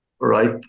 right